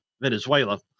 Venezuela